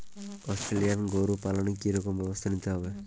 Australian গরু পালনে কি রকম ব্যবস্থা নিতে হয়?